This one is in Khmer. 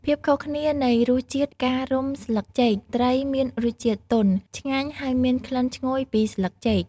ភាពខុសគ្នានៃរសជាតិការរុំស្លឹកចេកត្រីមានរសជាតិទន់ ឆ្ងាញ់ ហើយមានក្លិនឈ្ងុយពីស្លឹកចេក។